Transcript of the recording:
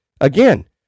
again